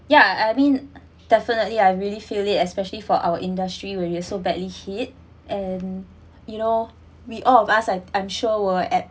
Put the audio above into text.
ya I mean definitely I really feel it especially for our industry when you're so badly hit and you know we all of us are I'm sure were at